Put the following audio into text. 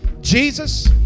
Jesus